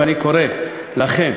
ואני קורא לכם,